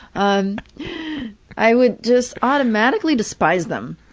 um i would just automatically despise them.